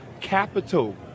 capital